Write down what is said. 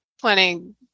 planning